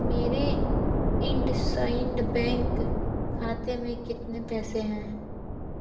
मेरे IndusInd bank खाते में कितने पैसे हैं